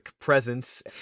presence